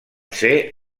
ser